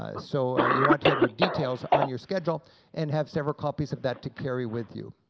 ah so you want to have your details on your schedule and have several copies of that to carry with you.